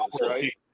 right